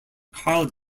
carl